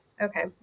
Okay